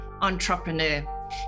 entrepreneur